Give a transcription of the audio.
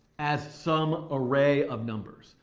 as some array of numbers.